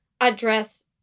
address